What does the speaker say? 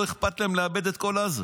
לא אכפת להם לאבד את כל עזה.